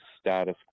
status